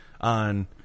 on